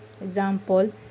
Example